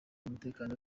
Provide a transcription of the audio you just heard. umutekano